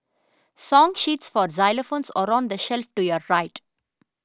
song sheets for xylophones are on the shelf to your right